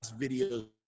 videos